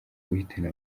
guhitana